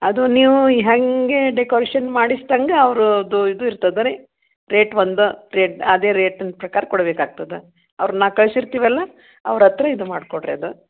ಅದು ನೀವು ಹೇಗೆ ಡೆಕೋರೇಷನ್ ಮಾಡಿಸ್ದಂತೆ ಅವರು ಅದು ಇದು ಇರ್ತದೆ ರೀ ರೇಟ್ ಒಂದು ರೇಟ್ ಅದೇ ರೇಟಿನ ಪ್ರಕಾರ ಕೊಡ್ಬೇಕು ಆಗ್ತದೆ ಅವ್ರನ್ನು ಕಳ್ಸಿ ಇರ್ತೀವಲ್ಲ ಅವ್ರ ಹತ್ತಿರ ಇದು ಮಾಡಿ ಕೊಡ್ರೀ ಅದು